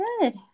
Good